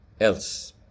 else